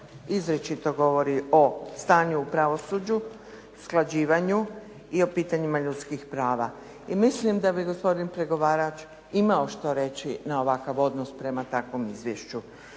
izričito govori o stanju u pravosuđu, usklađivanju i o pitanjima ljudskih prava. I mislim da bi gospodin pregovarač imao što reći na ovakav odnos prema takvom izvješću.